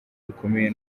bikomeye